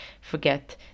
forget